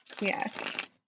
Yes